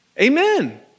Amen